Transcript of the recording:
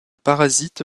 parasite